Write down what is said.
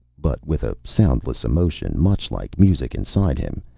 but with a soundless emotion much like music inside him,